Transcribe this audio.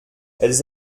elles